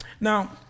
Now